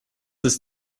ist